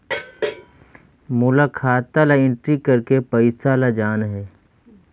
मोला खाता ला एंट्री करेके पइसा ला जान हे?